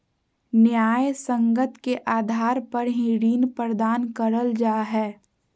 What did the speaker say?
न्यायसंगत के आधार पर ही ऋण प्रदान करल जा हय